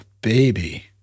baby